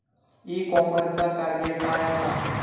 E कॉमर्सचा कार्य काय असा?